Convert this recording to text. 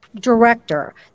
director